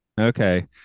Okay